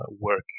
work